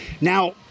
Now